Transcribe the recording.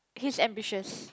he's ambitious